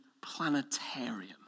planetarium